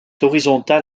horizontal